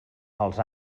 els